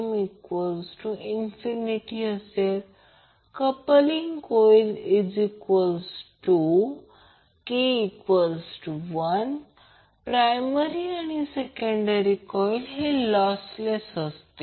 तर हे प्रत्यक्षात I0 √ 2 आहे याला 12 पॉवर पॉईंट म्हणतात कारण पॉवर लॉस I0 2R आहे परंतु जर ते I0 √ 2 झाले तर ते I0 2R2 असेल